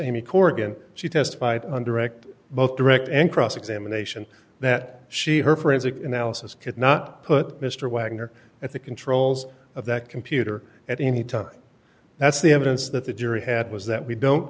amy corrigan she testified on direct both direct and cross examination that she her forensic analysis could not put mr wagner at the controls of that computer at any time that's the evidence that the jury had was that we don't